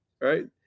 right